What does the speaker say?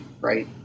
right